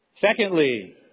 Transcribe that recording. Secondly